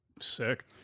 Sick